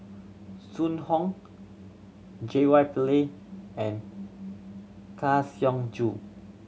Zhu Hong J Y Pillay and Kang Siong Joo